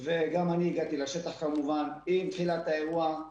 וגם אני הגעתי לשטח כמובן עם תחילת האירוע,